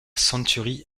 century